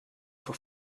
for